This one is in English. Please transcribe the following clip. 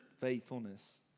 faithfulness